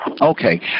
Okay